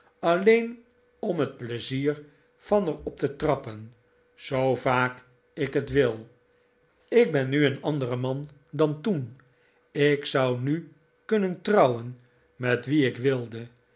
alleen om het pleizier van er op te trappen zoo vaak ik het wil ik ben nu een andere man dan toen ik zou nu kunnen trouwen met wie ik wilde